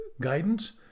guidance